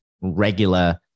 regular